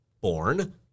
born